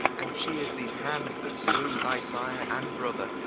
and cheeres these hands, that slew thy sire and brother,